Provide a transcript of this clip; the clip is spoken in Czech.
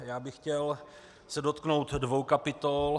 Já bych se chtěl dotknout dvou kapitol.